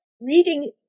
reading